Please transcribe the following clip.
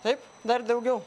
taip dar daugiau